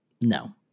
No